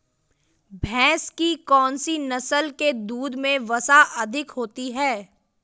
भैंस की कौनसी नस्ल के दूध में वसा अधिक होती है?